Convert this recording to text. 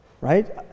right